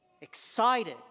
excited